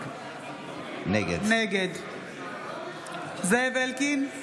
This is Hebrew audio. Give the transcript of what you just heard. נגד זאב אלקין,